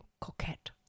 coquette